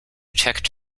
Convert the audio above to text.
checked